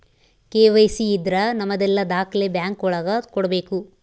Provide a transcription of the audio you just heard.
KYC ಇದ್ರ ನಮದೆಲ್ಲ ದಾಖ್ಲೆ ಬ್ಯಾಂಕ್ ಒಳಗ ಕೊಡ್ಬೇಕು